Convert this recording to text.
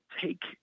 take